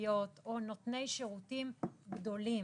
ציבוריות או נותני שירותים גדולים.